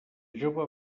jove